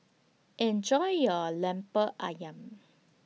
Enjoy your Lemper Ayam